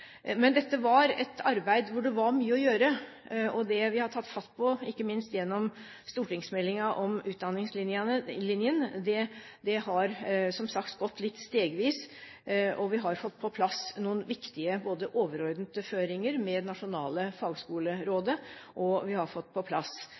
Men dette er et arbeid hvor det er mye å gjøre, og det vi har tatt fatt på, ikke minst gjennom stortingsmeldingen om utdanningslinja, har, som sagt, gått litt stegvis, og vi har både fått på plass noen viktige overordnede føringer med det nasjonale